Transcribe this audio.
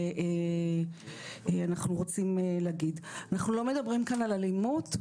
אנחנו לא מדברים כאן על אלימות,